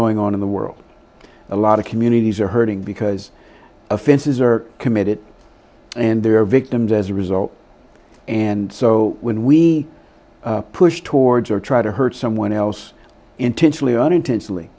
going on in the world a lot of communities are hurting because offenses are committed and they're victims as a result and so when we push towards or try to hurt someone else intentionally or unintentionally